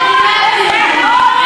זה נכון,